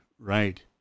Right